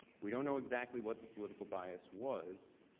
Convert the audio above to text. we don't know exactly what the political bias was.